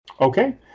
Okay